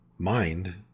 mind